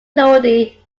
lodi